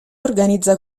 organizza